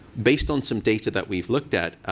based on some data that we've looked at,